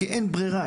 כי אין ברירה.